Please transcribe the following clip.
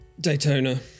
Daytona